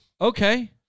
Okay